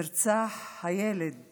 נרצח הילד